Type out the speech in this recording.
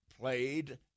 played –